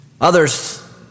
Others